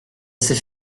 s’est